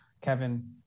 Kevin